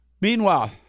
Meanwhile